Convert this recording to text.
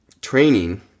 training